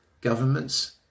governments